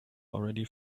already